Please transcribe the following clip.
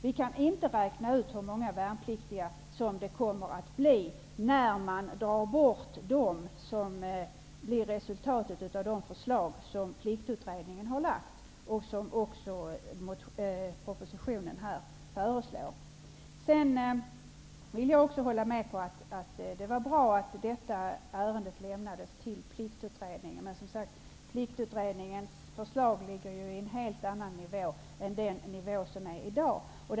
Vi kan inte räkna ut hur många värnpliktiga det blir fråga om, sedan man dragit bort dem som blir resultatet av Det var bra att detta ärende överlämnades till Pliktutredningen, vars förslag ligger på en helt annan nivå än dagens.